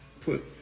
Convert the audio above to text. put